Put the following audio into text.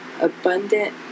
Abundant